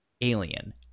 alien